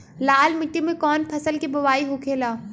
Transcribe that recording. लाल मिट्टी में कौन फसल के बोवाई होखेला?